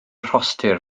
rhostir